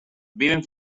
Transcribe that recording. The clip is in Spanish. viven